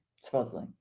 supposedly